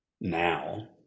now